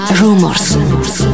rumors